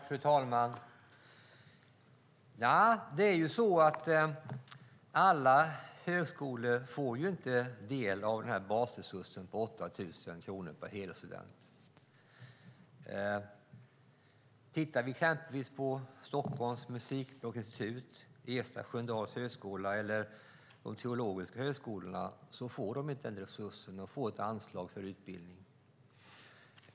Fru talman! Alla högskolor får inte del av den här basresursen på 8 000 kronor per helårsstudent. Exempelvis Stockholms musikpedagogiska institut, Ersta Sköndal högskola och de teologiska högskolorna får inte den resursen. De får ett anslag för utbildning.